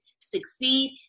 succeed